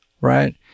right